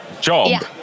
job